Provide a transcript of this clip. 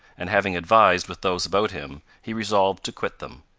and having advised with those about him, he resolved to quit them.